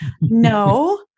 no